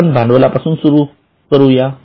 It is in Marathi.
तर आपण भांडवलापासून सुरुवात करूया